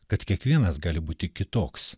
kad kiekvienas gali būti kitoks